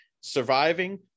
surviving